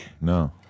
no